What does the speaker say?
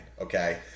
okay